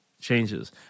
changes